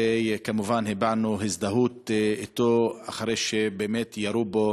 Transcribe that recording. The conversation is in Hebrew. וכמובן הבענו הזדהות אתו אחרי שירו בו